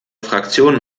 fraktion